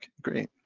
great.